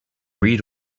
read